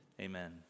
amen